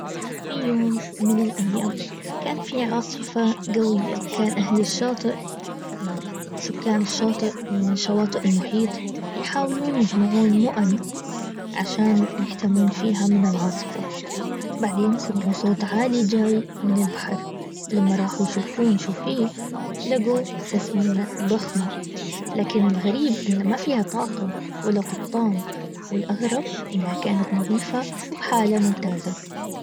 في يوم من الايام كان في عاصفة قوية وكان اهل الشاطئ يعني سكان الشاطئ من شواطئ المحيط يحاولون يجمعون مؤن عشان يحتمون فيها من العاصفة بعدين سمعوا صوت عالي جاي من البحر ولما راحوا يشوفون شو فيه لقوا سفينة ضخمة. لكن الغريب انه ما فيها طاقم ولا قبطان. والاغرب انها كانت نظيفة وبحالة ممتازة